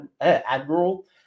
admiral